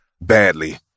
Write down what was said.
badly